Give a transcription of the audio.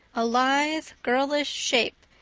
a lithe, girlish shape,